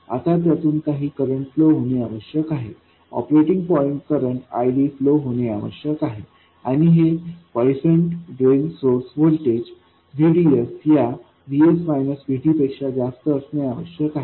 आता त्यातून काही करंट फ्लो होणे आवश्यक आहे ऑपरेटिंग पॉईंट करंट IDफ्लो होणे आवश्यक आहे आणि हे quiescent drain source voltage VDS या VS Vtपेक्षा जास्त असणे आवश्यक आहे